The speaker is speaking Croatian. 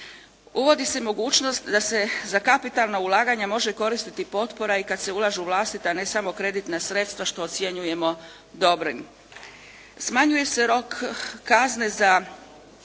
Uvodi se mogućnost da se za kapitalna ulaganja može koristiti potpora i kad se ulaže u vlastita, a ne samo kreditna sredstva što ocjenjujemo dobrim. Smanjuje se rok kazne za